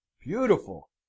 Beautiful